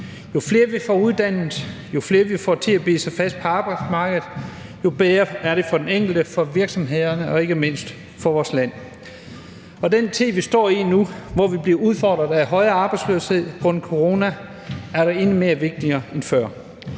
Jo flere vi får uddannet, jo flere vi får til at bide sig fast på arbejdsmarkedet, jo bedre er det for den enkelte, for virksomhederne og ikke mindst for vores land. I den tid, vi står i nu, hvor vi bliver udfordret af højere arbejdsløshed på grund af corona, er det endnu vigtigere end før.